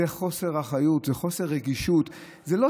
זה חוסר אחריות, זה חוסר רגישות.